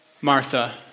Martha